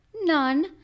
None